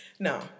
No